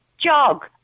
jog